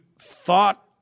thought